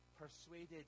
persuaded